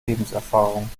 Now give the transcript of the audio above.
lebenserfahrung